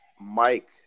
Mike